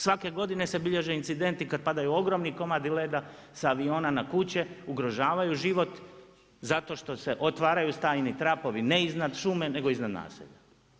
Svake godine se bilježe incidenti kad padaju ogromni komadi leda sa aviona na kuće, ugrožavaju život zato što se otvaraju stajni krapovi, ne iznad šume, nego iznad naselja.